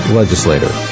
legislator